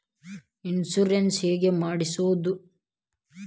Insurance ಹೇಗೆ ಮಾಡಿಸುವುದು?